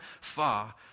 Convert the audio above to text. far